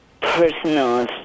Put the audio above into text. personal